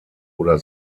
oder